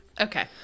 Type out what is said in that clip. Okay